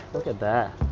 look at that